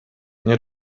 nie